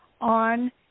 on